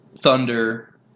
Thunder